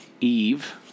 Eve